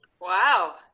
Wow